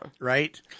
Right